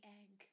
egg